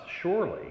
surely